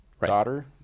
Daughter